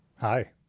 Hi